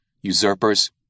usurpers